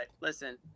listen